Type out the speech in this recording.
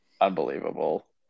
Unbelievable